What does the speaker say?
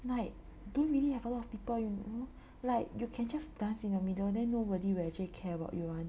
like don't really have a lot of people you know like you can just dance in the middle then nobody will actually care about you [one]